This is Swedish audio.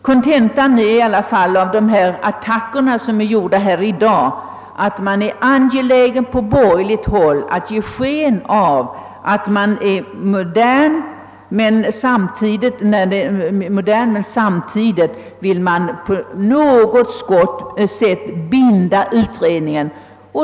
Kontentan av de attacker som gjorts i dag är, trots allt, att man på borgerligt håll vill ge sken av att vara modern samtidigt som man på något sätt vill binda utredningen.